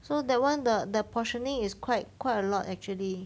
so that [one] the their portioning is quite quite a lot actually